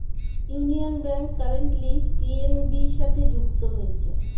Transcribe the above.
union Bank currently PNB সাথে যুক্ত হয়েছে